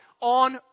On